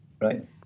Right